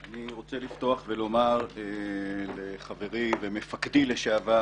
אני רוצה לפתוח ולומר לחברי ומפקדי לשעבר